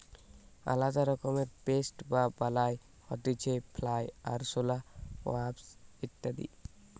আলদা রকমের পেস্ট বা বালাই হতিছে ফ্লাই, আরশোলা, ওয়াস্প ইত্যাদি